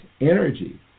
energy